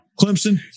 Clemson